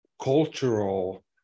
cultural